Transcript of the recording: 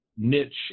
niche